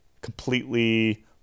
completely